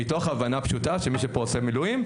מתוך הבנה פשוט שמי שפה עושה מילואים,